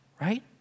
right